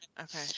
okay